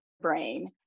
brain